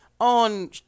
on